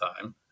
time